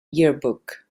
yearbook